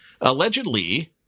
allegedly